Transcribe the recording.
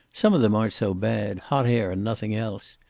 some of them aren't so bad hot air and nothing else.